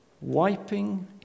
wiping